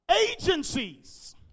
agencies